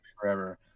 forever